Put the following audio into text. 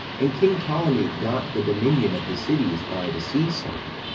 and king ptolemee got the dominion of the cities by the sea side,